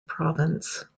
province